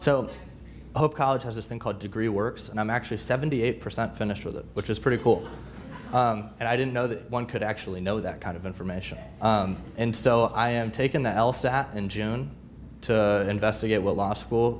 hope college as this thing called degree works and i'm actually seventy eight percent finished with it which is pretty cool and i didn't know that one could actually know that kind of information and so i have taken the l sat in june to investigate what law school